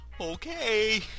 Okay